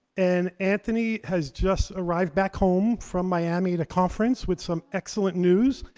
and anthony has just arrived back home from miami at a conference with some excellent news.